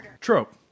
trope